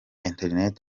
internet